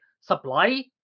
supply